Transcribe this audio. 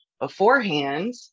beforehand